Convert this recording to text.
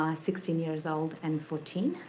um sixteen years old and fourteen.